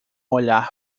olhar